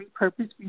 repurpose